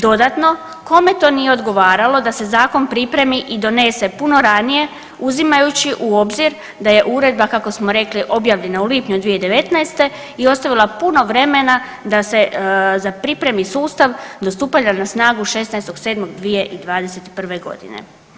Dodatno kome to nije odgovaralo da se Zakon pripremi i donese puno ranije uzimajući u obzir da je Uredba kako smo rekli objavljena u lipnju 2019. i ostavila puno vremena da se za pripremi sustav do stupanja na snagu 16.07.2021.godine.